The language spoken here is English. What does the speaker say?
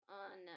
on